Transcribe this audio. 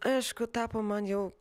aišku tapo man jau